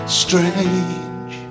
strange